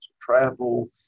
travel